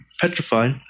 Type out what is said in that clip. petrified